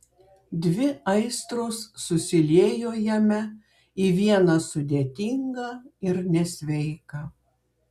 dvi aistros susiliejo jame į vieną sudėtingą ir nesveiką